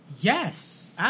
Yes